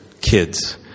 kids